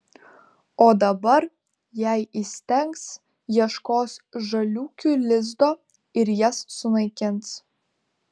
o dabar jei įstengs ieškos žaliūkių lizdo ir jas sunaikins